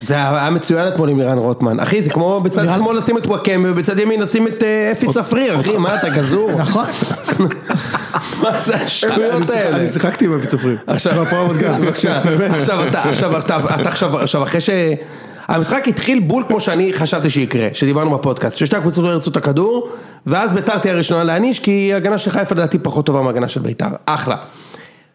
זה היה מצוין אתמול עם לירן רוטמן, אחי זה כמו בצד שמאל לשים את וואקמיו, בצד ימין לשים את אפי צפריר, אחי מה אתה גזור, מה זה השטויות האלה, אני שיחקתי עם אפי צפריר, בהפועל רמת גן עכשיו אתה עכשיו אחרי שהמשחק התחיל בול כמו שאני חשבתי שיקרה, שדיברנו בפודקאסט, כששתי הקבוצות לא ירצו את הכדור ואז ביתר תהיה הראשונה להעניש כי הגנה של חיפה דעתי פחות טובה מההגנה של ביתר, אחלה.